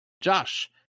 Josh